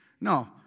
No